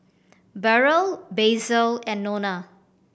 Burrel Basil and Nona